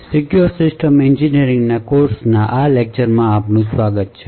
secure system એન્જિનિયરિંગના કોર્સના આ લેક્ચરમાં આપનું સ્વાગત છે